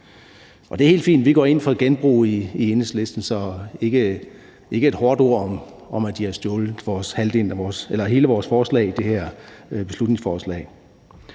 det er helt fint: Vi går ind for genbrug i Enhedslisten, så ikke et hårdt ord om, at de har stjålet hele vores forslag